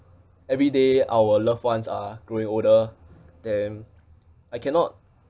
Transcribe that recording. every day our loved ones are growing older then I cannot